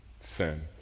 sin